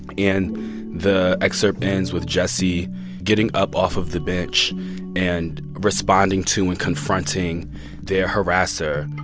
and the excerpt ends with jesse getting up off of the bench and responding to and confronting their harasser.